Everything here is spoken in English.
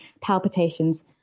palpitations